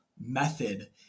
method